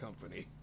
company